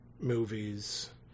movies